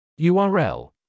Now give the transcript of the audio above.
URL